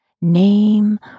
name